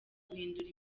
guhindura